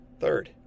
Third